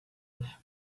with